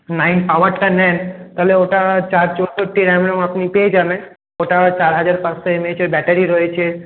nine পাওয়ারটা নেন তাহলে ওটা চার চৌষট্টি আপনি পেয়ে যাবেন ওটাও চারহাজার পাঁচশো এইএইচের ব্যাটারি রয়েছে